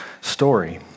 story